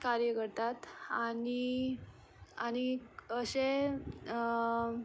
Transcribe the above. कार्य करतात आनी आनी अशें